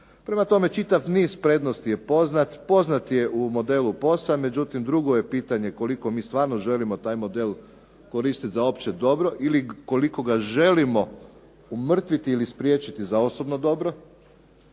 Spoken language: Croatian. Prema tome, čitav niz prednosti je poznat, poznat je u modelu POS-a. Međutim, drugo je pitanje koliko mi stvarno želimo taj model koristiti za opće dobro ili koliko ga želimo umrtviti ili spriječiti za osobno dobro.